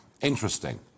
interesting